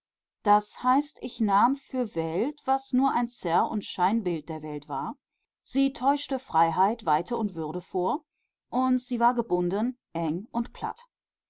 das heißt ich nahm für welt was nur ein zerr und scheinbild der welt war sie täuschte freiheit weite und würde vor und sie war gebunden eng und